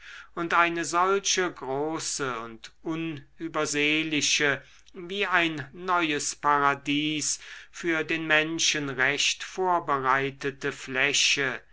und eine solche große und unübersehliche wie ein neues paradies für den menschen recht vorbereitete fläche